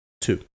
Two